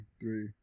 three